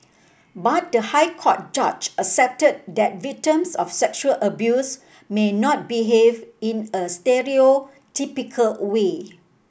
but the High Court judge accepted that victims of sexual abuse may not behave in a stereotypical way